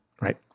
right